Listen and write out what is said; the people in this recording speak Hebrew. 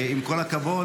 עם כל הכבוד,